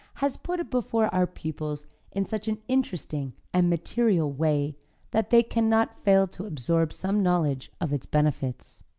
has put it before our pupils in such an interesting and material way that they cannot fail to absorb some knowledge of its benefits.